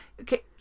Okay